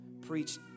preach